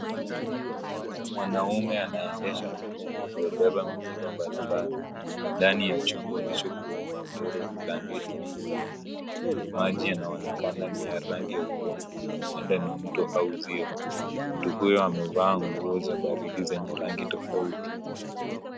Mwanaume anaendesha mtungi uliobeba mzigo mbalimbali ,ndani ya chombo hicho kuna magodoro, blanketi, maji yanaonekana ni ya rangi ya udongo huenda ni mto au uzio. Mtu huyu amevaa nguo za baridi zenye rangi tofauti.